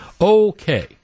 Okay